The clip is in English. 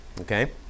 Okay